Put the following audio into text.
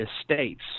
estates